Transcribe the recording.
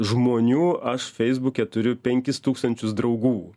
žmonių aš feisbuke turiu penkis tūkstančius draugų